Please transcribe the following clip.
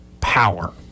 power